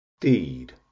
Deed